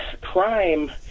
crime